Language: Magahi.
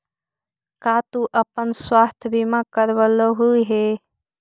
का तू अपन स्वास्थ्य बीमा करवलू हे?